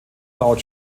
laut